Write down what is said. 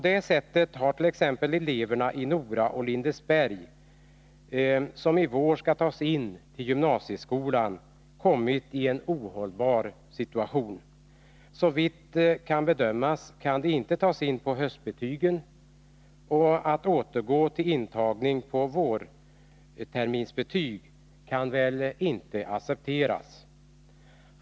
Därigenom har t.ex. de elever i Nora och Lindesberg som i vår skall tas in till gymnasieskolan kommit i en ohållbar situation. Såvitt kan bedömas kan de inte tas in på höstbetygen, och en återgång till intagning på vårterminsbetyg kan väl inte accepteras.